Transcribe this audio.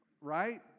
Right